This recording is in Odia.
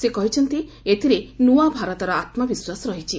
ସେ କହିଛନ୍ତି ଏଥିରେ ନୂଆ ଭାରତର ଆତ୍ମବିଶ୍ୱାସ ରହିଛି